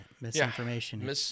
misinformation